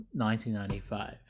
1995